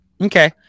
Okay